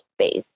space